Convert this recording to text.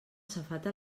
safata